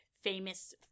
famous